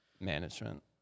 Management